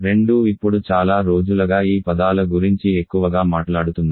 రెండూ ఇప్పుడు చాలా రోజులగా ఈ పదాల గురించి ఎక్కువగా మాట్లాడుతున్నాయి